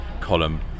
column